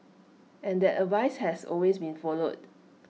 and that advice has always been followed